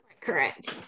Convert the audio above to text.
Correct